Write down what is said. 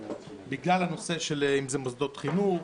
בגלל הנושא של אם זה מוסדות חינוך,